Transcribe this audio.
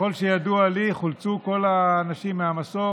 ככל שידוע לי, חולצו כל האנשים מהמסוק.